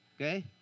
Okay